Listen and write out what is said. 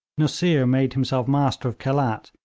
nusseer made himself master of khelat,